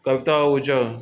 Kavita Ahuja